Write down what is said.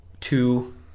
two